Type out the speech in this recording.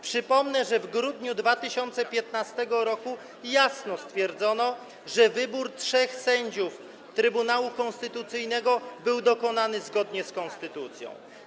Przypomnę, że w grudniu 2015 r. jasno stwierdzono, że wybór trzech sędziów Trybunału Konstytucyjnego był dokonany zgodnie z konstytucją.